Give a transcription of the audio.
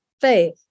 faith